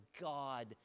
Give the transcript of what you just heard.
God